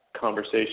conversation